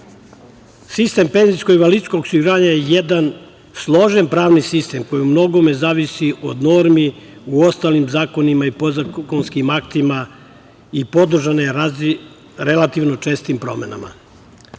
penzijskog i invalidskog osiguranja je jedan složen pravni sistem, koji u mnogome zavisi od normi, u ostalim zakonima i podzakonskim aktima i podložne čestim promenama.